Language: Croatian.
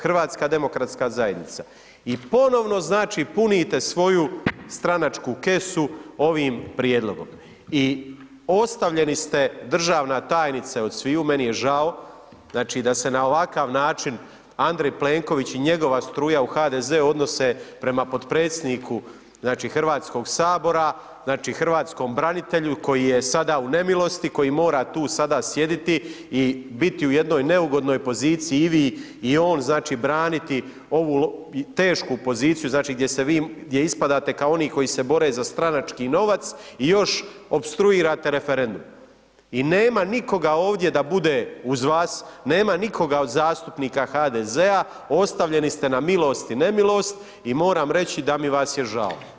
HDZ i ponovno, znači, punite svoju stranačku kesu, ovim prijedlogom i ostavljeni ste državna tajnice od sviju, meni je žao, znači, da se na ovakav način Andrej Plenković i njegova struja u HDZ odnose prema potpredsjedniku, znači, HS, znači, hrvatskom branitelju koji je sada u nemilosti, koji mora tu sada sjediti i biti u jednoj neugodnoj poziciji i vi i on, znači, braniti ovu tešku poziciju, znači, gdje ispadate kao oni koji se bore za stranački novac i još opstruirate referendum i nema nikoga ovdje da bude uz vas, nema nikoga od zastupnika HDZ-a, ostavljeni ste na milost i nemilost i moram reći da mi vas je žao.